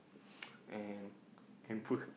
and handphone